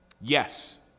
Yes